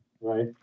right